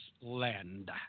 land